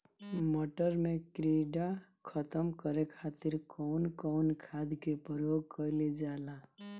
मटर में कीड़ा खत्म करे खातीर कउन कउन खाद के प्रयोग कईल जाला?